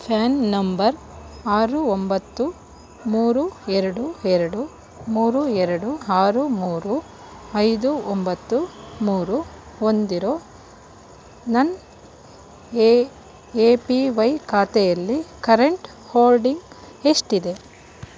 fan number ಆರು ಒಂಬತ್ತು ಮೂರು ಎರಡು ಎರಡು ಮೂರು ಎರಡು ಆರು ಮೂರು ಐದು ಒಂಬತ್ತು ಮೂರು ಹೊಂದಿರೋ ನನ್ನ ಎ ಎ ಪಿ ವೈ ಖಾತೆಯಲ್ಲಿ ಕರೆಂಟ್ ಹೋಲ್ಡಿಂಗ್ ಎಷ್ಟಿದೆ